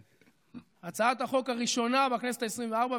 זו הצעת החוק הראשונה בכנסת העשרים-וארבע,